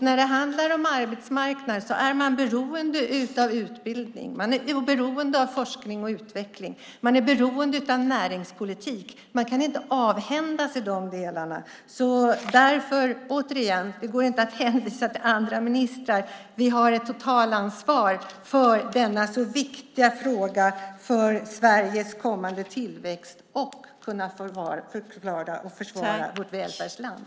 När det handlar om arbetsmarknad finns det ett beroende av utbildning, forskning och utveckling samt näringspolitik. Det går inte att avhända sig de delarna. Återigen: Det går inte att hänvisa till andra ministrar. Vi har ett totalansvar för denna så viktiga fråga för Sveriges kommande tillväxt och för att försvara vårt välfärdsland.